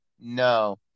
No